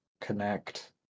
connect